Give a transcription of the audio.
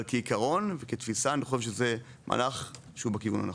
אבל כעקרון כתפיסה אני חושב שזה מהלך שהוא בכיוון הנכון.